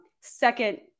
second